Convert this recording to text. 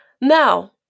Now